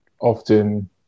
often